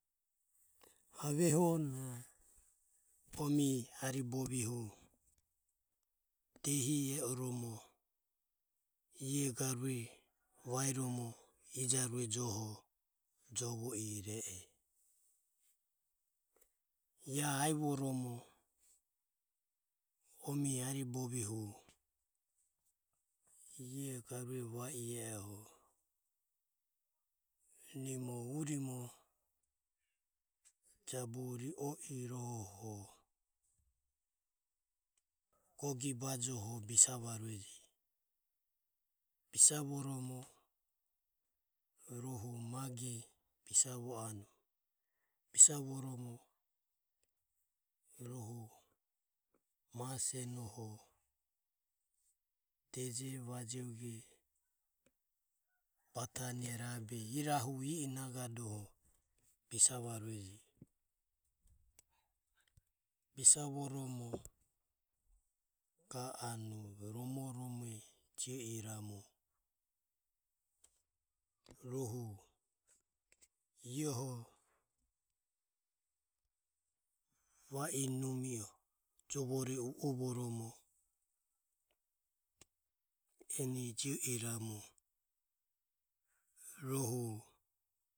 Aveho na omie ariboviehu diehi e oromo iae garue vaeromo ijaure joho jovo i e a. Ae aivoromo omie ariboviehu iae garue va i e oho nimo urimo jabu ri o iroho gogi bajoho bisavaureje, bisavoromo rohu mage bisa vo anue, bisavoromo, rohu masenoho deje vajioge batane rabe i rahu i e nagahodoho bisavaureje. Bisavoromo ga anue romorome jio iramu rohu ieho va i numieho jovore u o voromo enjio iramu rohu.